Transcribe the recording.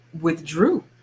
withdrew